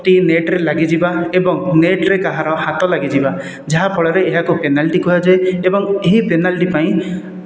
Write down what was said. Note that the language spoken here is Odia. ଟି ନେଟ୍ରେ ଲାଗିଯିବା ଏବଂ ନେଟ୍ରେ କାହାର ହାତ ଲାଗିଯିବା ଯାହାଫଳରେ ଏହାକୁ ପେନାଲ୍ଟି କୁହାଯାଏ ଏବଂ ଏହି ପେନାଲ୍ଟି ପାଇଁ